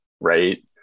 right